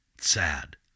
Sad